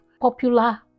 popular